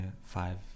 five